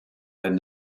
than